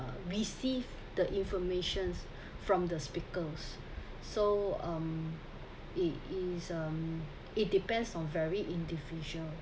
uh receive the information from the speakers so um it is um it depends on very individual